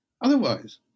otherwise